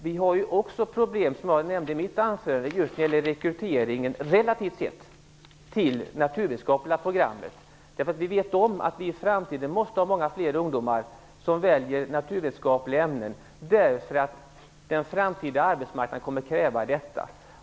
Vi har också problem relativt sett just när det gäller rekryteringen till det naturvetenskapliga programmet. Vi vet ju att det i framtiden är nödvändigt att många fler ungdomar väljer naturvetenskapliga ämnen, därför att den framtida arbetsmarknaden kommer att kräva det.